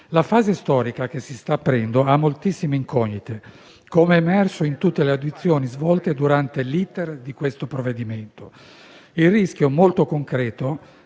La fase storica che si sta aprendo ha moltissime incognite, come emerso in tutte le audizioni svolte durante l'*iter* di questo provvedimento. Il rischio molto concreto